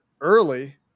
early